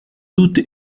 doute